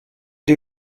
die